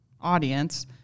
audience